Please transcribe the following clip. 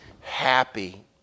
happy